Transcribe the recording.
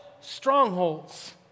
strongholds